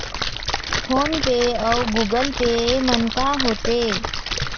Phone पे अउ Google Pay येमन का होते?